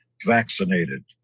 vaccinated